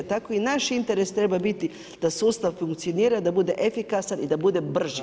Tako i naš interes treba biti da sustav funkcionira, da bude efikasan i da bude brži.